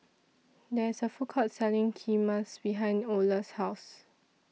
There IS A Food Court Selling Kheema behind Olar's House